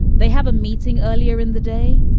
they have a meeting earlier in the day.